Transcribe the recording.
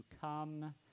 come